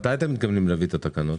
מתי אתם מתכוונים להביא את התקנות?